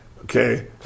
Okay